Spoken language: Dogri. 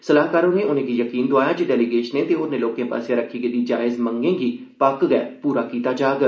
सलाहकार होरें उनें'गी यकीन दोआया जे डेलीगेशनें ते होरनें लोकें आसेआ रक्खी गेदी जायज मंगें गी पक्क गै पूरा कीता जाग